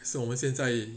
是我们现在